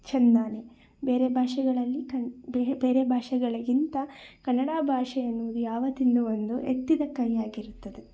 ಚಂದಾನೆ ಬೇರೆ ಭಾಷೆಗಳಲ್ಲಿ ಕಣ್ಣು ಬೇರೆ ಬೇರೆ ಭಾಷೆಗಳಿಗಿಂತ ಕನ್ನಡ ಭಾಷೆ ಅನ್ನುವುದು ಯಾವತ್ತಿಂದು ಒಂದು ಎತ್ತಿದ ಕೈಯಾಗಿರುತ್ತದೆ